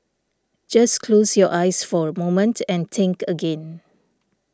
just close your eyes for a moment and think again